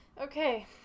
Okay